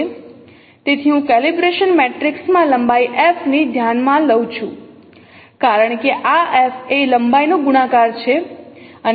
તેથી હું કેલિબ્રેશન મેટ્રિક્સમાં લંબાઈ fને ધ્યાનમાં લઉ છું કારણ કે આ f એ લંબાઈનો ગુણાકાર છે